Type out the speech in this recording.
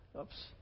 Oops